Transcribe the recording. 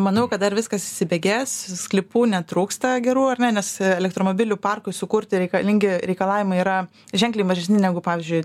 manau kad dar viskas įsibėgės sklypų netrūksta gerų ar ne nes elektromobilių parkui sukurti reikalingi reikalavimai yra ženkliai mažesni negu pavyzdžiui